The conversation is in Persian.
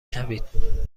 شوید